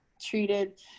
treated